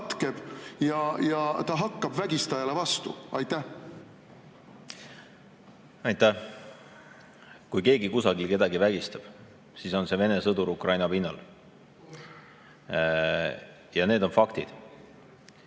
ja ta hakkab vägistajale vastu? Aitäh! Kui keegi kusagil kedagi vägistab, siis on see Vene sõdur Ukraina pinnal. Ja need on faktid.